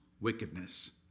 wickedness